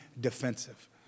defensive